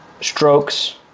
strokes